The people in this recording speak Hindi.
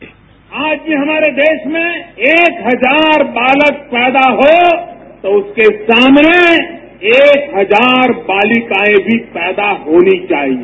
बाईट आज भी हमारे देश में एक हजार बालक पैदा हो तो उसके सामने एक हजार बालिकाएं भी पैदा होनी चाहिए